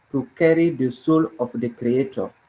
to carry the soul of the creator.